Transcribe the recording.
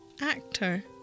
actor